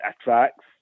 attracts